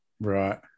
Right